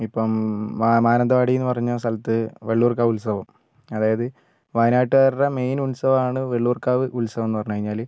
ഇപ്പം മാനന്തവാടിന്ന് പറഞ്ഞ സ്ഥലത്ത് വെല്ലൂർകാവ് ഉത്സവം അതായത് വായനാട്ടുകാർടെ മെയിൽ ഉത്സവമാണ് വെള്ളൂർക്കാവ് ഉത്സവംന്ന് പറഞ്ഞുകഴിഞ്ഞാല്